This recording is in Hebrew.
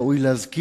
לפיכך ראוי להזכיר